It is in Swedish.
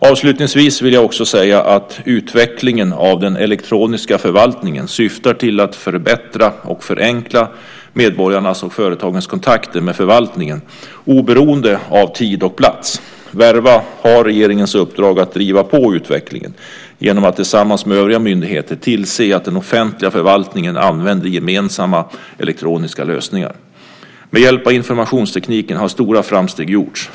Avslutningsvis vill jag också säga att utvecklingen av den elektroniska förvaltningen syftar till att förbättra och förenkla medborgarnas och företagens kontakter med förvaltningen oberoende av tid och plats. Verva har regeringens uppdrag att driva på utvecklingen genom att tillsammans med övriga myndigheter tillse att den offentliga förvaltningen använder gemensamma elektroniska lösningar. Med hjälp av informationstekniken har stora framsteg gjorts.